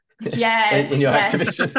Yes